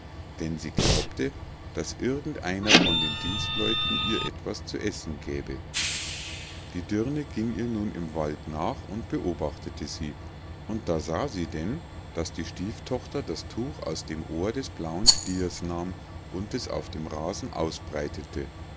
denn sie glaubte daß irgend einer von den dienstleuten ihr etwas zu essen gäbe die dirne ging ihr nun im walde nach und beobachtete sie und da sah sie denn daß die stieftochter das tuch aus dem ohr des blauen stiers nahm und es auf dem rasen ausbreitete